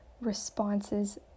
responses